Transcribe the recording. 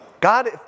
God